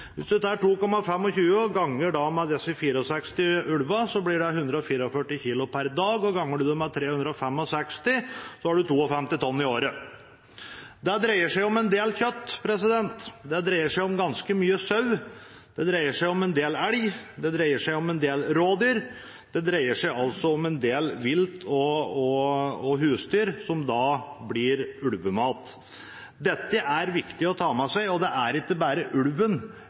Ganger man med 365, får man 52 tonn kjøtt i året. Det dreier seg om en del kjøtt. Det dreier seg om ganske mye sau, det dreier seg om en del elg, og det dreier seg om en del rådyr. Det dreier seg altså om at en del vilt og husdyr blir ulvemat. Dette er viktig å ta med seg. Det er ikke bare ulven